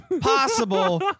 possible